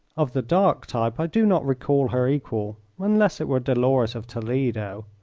of the dark type i do not recall her equal unless it were dolores of toledo.